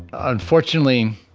unfortunately,